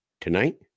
Tonight